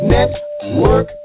Network